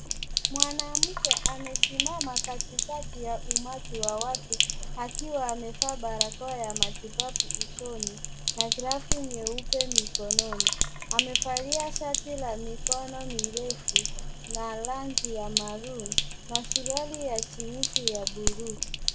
Mwanamke amesimama katikati ya umati wa watu akiwa amevaa barakoa ya matibabu usoni na glavu nyeupe mikononi. Amevalia shati la mikono mirefu na rangi ya maroon na suruali ya jeans ya blue .